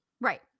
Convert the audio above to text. Right